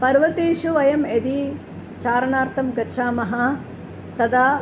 पर्वतेषु वयं यदि चारणार्थं गच्छामः तदा